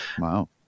Wow